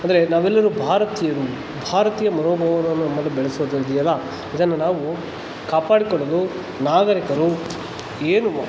ಅಂದರೆ ನಾವೆಲ್ಲರೂ ಭಾರತೀಯರು ಭಾರತೀಯ ಮನೋಭಾವವನು ನಮ್ಮಲ್ಲಿ ಬೆಳೆಸೋದಿದ್ಯಲ್ಲಾ ಇದನ್ನು ನಾವು ಕಾಪಾಡಿಕೊಳ್ಳಲು ನಾಗರಿಕರು ಏನು